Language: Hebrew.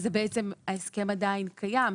זה בעצם ההסכם עדיין קיים.